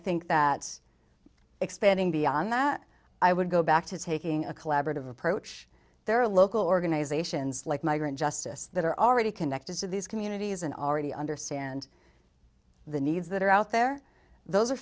think that expanding beyond that i would go back to taking a collaborative approach their local organizations like migrant justice that are already connected to these communities and already understand the needs that are out there those are